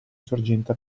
sorgente